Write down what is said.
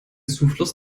zufluss